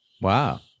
Wow